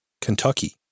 Kentucky